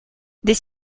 des